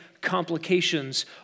complications